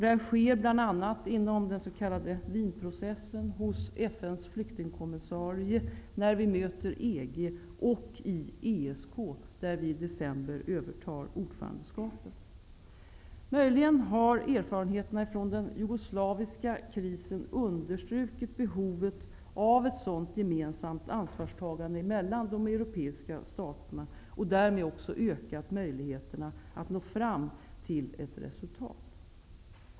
Det sker bl.a. inom den s.k. Wienprocessen, hos FN:s flyktingkommissarie, när vi möter EG och i ESK, där vi i december övertar ordförandeskapet. Möjligen har erfarenheterna från den jugoslaviska krisen understrukit behovet av ett sådant gemensamt ansvarstagande från de europeiska staterna och därmed också ökat möjligheterna att nå fram till ett resultat.